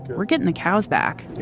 we're getting the cows back